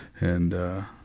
and ah,